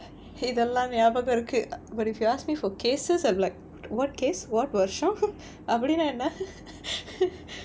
இதெல்லாம் ஞாபகம் இருக்கு:idellaam nyabakam irukku but if you ask me for cases of like what case what வருஷம் அப்படினா என்ன:varusham appadinaa enna